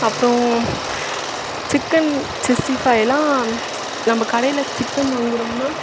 அப்புறோம் chicken sixty ஃபைலாம் நம்ம கடையில் சிக்கன் வாங்குகிறோம்னா